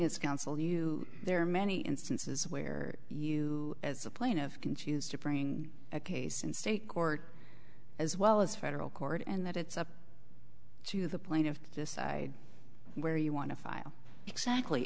is counsel you there are many instances where you as a plain of can choose to bring a case in state court as well as federal court and that it's up to the plaintiff decide where you want to file exactly